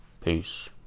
peace